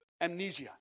amnesia